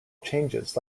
changes